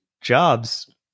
jobs